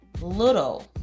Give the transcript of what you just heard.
little